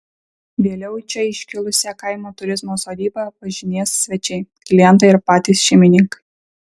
vėliau į čia iškilusią kaimo turizmo sodybą važinės svečiai klientai ir patys šeimininkai